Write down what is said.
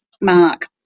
Mark